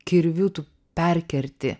kirviu tu perkerti